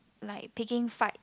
like picking fight~